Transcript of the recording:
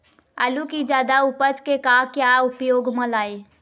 आलू कि जादा उपज के का क्या उपयोग म लाए?